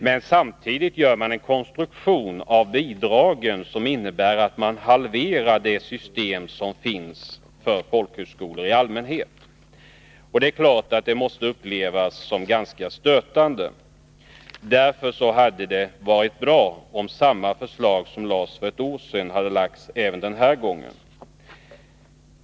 Men samtidigt inför man en bidragskonstruktion som innebär att man halverar bidraget till skolan jämfört med vad som utgår till folkhögskolor i allmänhet. Det måste naturligtvis upplevas som ganska stötande. Därför hade det varit bra om det förslag som framlades för ett år sedan hade framförts även den här gången.